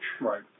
Right